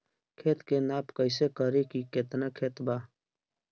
खेत के नाप कइसे करी की केतना खेत बा?